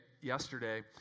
yesterday